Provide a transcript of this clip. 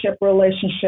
relationship